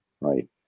right